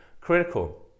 critical